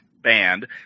band